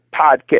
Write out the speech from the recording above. podcast